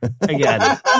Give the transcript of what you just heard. again